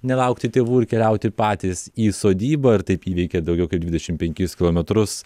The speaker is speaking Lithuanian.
nelaukti tėvų ir keliauti patys į sodybą ir taip įveikė daugiau kaip dvidešim penkis kilometrus